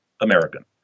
American